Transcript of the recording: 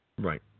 Right